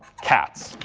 cats.